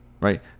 Right